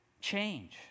change